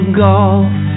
golf